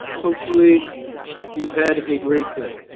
hopefully you've had a great day.